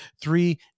three